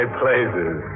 places